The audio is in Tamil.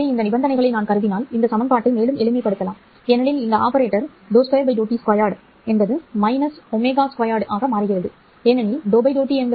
எனவே இந்த நிபந்தனைகளை நான் கருதினால் இந்த சமன்பாட்டை மேலும் எளிமைப்படுத்தலாம் ஏனெனில் இந்த ஆபரேட்டர் ∂2 ∂t2 -ω2 ஆக மாறுகிறது ஏனெனில் ∂∂t jω